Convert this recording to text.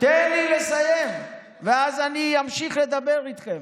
תן לי לסיים ואז אמשיך לדבר אתכם.